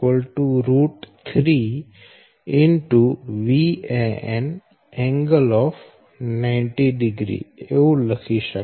તેથી Vbc 3Van ∠ 900 લખી શકાય